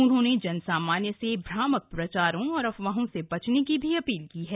उन्होंने जनसामान्य से भ्रामक प्रचारों और अफवाहों से बचने की भी अपील की है